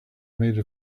made